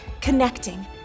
connecting